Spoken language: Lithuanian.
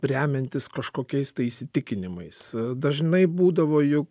remiantis kažkokiais įsitikinimais dažnai būdavo juk